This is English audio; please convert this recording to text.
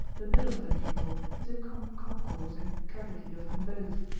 the middle ventricle is a common concourse and cavity of them both,